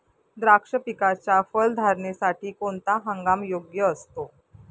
द्राक्ष पिकाच्या फलधारणेसाठी कोणता हंगाम योग्य असतो?